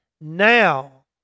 now